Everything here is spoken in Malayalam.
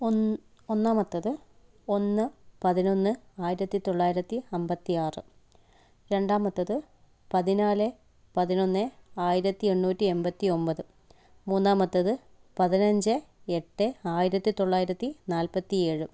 ഒന്ന് ഒന്നാമത്തത് ഒന്ന് പതിനൊന്ന് ആയിരത്തി തൊള്ളായിരത്തി അൻപത്തി ആറ് രണ്ടാമത്തത് പതിനാല് പതിനൊന്ന് ആയിരത്തി എണ്ണൂറ്റി എൺപത്തി ഒൻപത് മൂന്നാമത്തത് പതിനഞ്ച് എട്ട് ആയിരത്തി തൊള്ളായിരത്തി നാൽപത്തി ഏഴ്